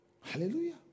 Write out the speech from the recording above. Hallelujah